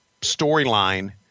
storyline